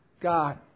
God